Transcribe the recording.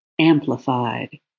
Amplified